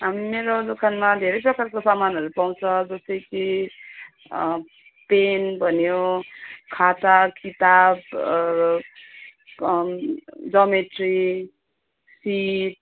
मेरो दोकानमा धेरै प्रकारको सामानहरू पाउँछ जस्तै कि पेन भन्यो खाता किताब जोमेट्री फिट